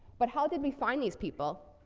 but how did we find these people?